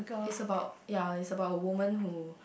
it's about ya it's about a woman who